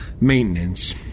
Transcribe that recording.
maintenance